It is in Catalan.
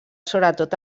sobretot